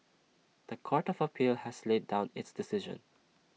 The Court of appeal has laid down its decision